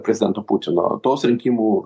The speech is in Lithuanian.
prezidento putino tos rinkimų